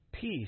peace